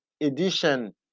edition